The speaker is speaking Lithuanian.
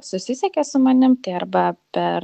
susisiekė su manim tai arba per